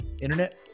internet